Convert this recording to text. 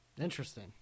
Interesting